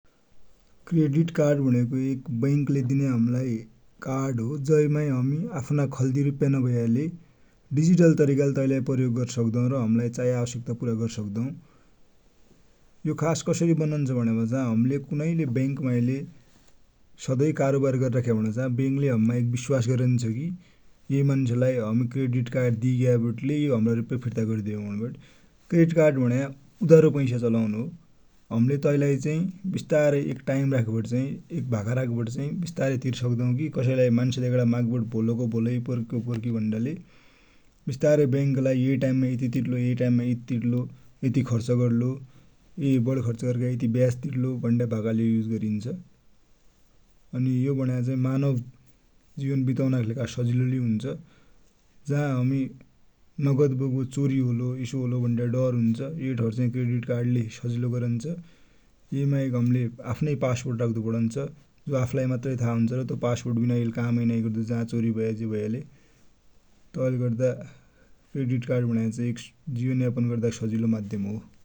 Credit card भनेको चाइ bank ले हम्लाइ दिने एक कार्ड हो, जै माइ हमि आफ्ना खल्ति रुपया नभयाले डीजिटल तरिका ले तैलाइ प्रयोग गरसक्दौ र हमिलाइ चाएको आवस्यकता पुरा गरिसक्दौ। यो खास कसरि बनन्छ भनेपछा हमिले कुनै ले बैन्क माइ ले सधै कारोबार गरिराख्या भन्यापछा बैन्क ले हमि माइ एक बिस्वास गरन्छ, कि यै मान्स लाइ क्रेडीट कार्ड दिग्याबटीले हमरा रुपया फिर्ता गर्ने हो भन्बटि, क्रेडीट कार्ड भन्या उदारो पैसा चलौनु हो। हमिले तै लाइ चाइ बिस्तारै एक टाइम राख्बटी चाइ, एक भाका राख्बटि बिस्तारै तिरि सक्दौ। कसै मान्स सित माग्बटि भोल को भोलै पर्सि को पर्सि भन्दाले बिस्तारै बैन्क लाइ यति टाइम मा यति तिर्लो- यति टाइम मा यति तिर्लो, यति खर्च गर्लो, यो भन्दा बडी खर्च गर्या बटि यती ब्याज तिर्लो भन्ड्या भाका ले युज गरिन्छ। यो भनेको चाहि मानव जिवन बिताउन कि लेखा सजिलो ले हुन्छ, जा हमि नगद बोकिबटि चोरि होलो, इसो होलो भन्ड्या डर हुन्छ यै ठौर क्रेडीट कार्ड ले सजिलो गरन्छ। यैमाइ हमिले आफ्नै पासवोर्ड राख्दु परन्छ जो आफुलाइ मात्र थाह हुन्छ। त्यो पास्पोर्ड बिना यैले काम नाइ गर्दु जा चोरि भयाले। तैले गर्दा क्रेडीट कार्ड भनेकोचाइ जिवन यापन गर्ने सजिलो माध्यम हो ।